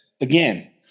again